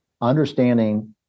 understanding